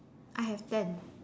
I have ten